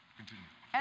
continue